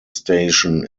station